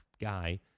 guy